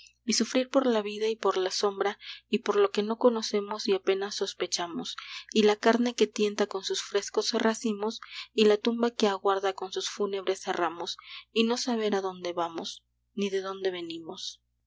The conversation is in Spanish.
y sufrir por la vida y por la sombra y por lo que no conocemos y apenas sospechamos y la carne que tienta con sus frescos racimos y la tumba que aguarda con sus fúnebres ramos y no saber a dónde vamos ni de dónde venimos